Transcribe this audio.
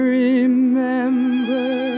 remember